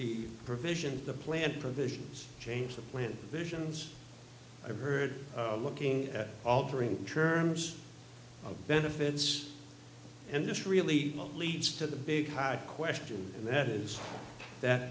the provisions the plan provisions change the plan visions i've heard of looking at altering terms of benefits and just really leads to the big hype question and that is that